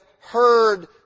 heard